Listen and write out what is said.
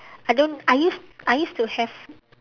I don't I use I used to have